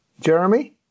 Jeremy